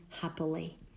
happily